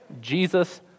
Jesus